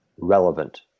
relevant